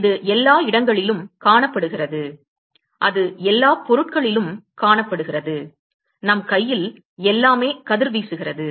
இது எல்லா இடங்களிலும் காணப்படுகிறது அது எல்லாப் பொருட்களிலும் காணப்படுகிறது நம் கையில் எல்லாமே கதிர்வீசுகிறது